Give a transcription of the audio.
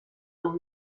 dans